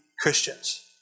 Christians